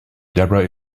debra